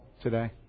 today